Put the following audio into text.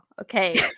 okay